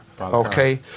Okay